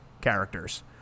characters